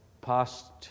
past